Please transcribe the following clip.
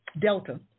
Delta